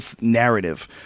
narrative